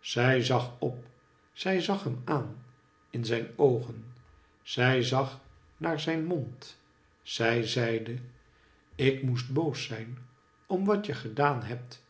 zij zag op zij zag hem aan in zijn oogen zij zag naar zijn mond zij zeide ik moest boos zijn om wat je gedaan hebt